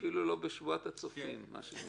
אפילו לא בשבועת הצופים, מה שנקרא.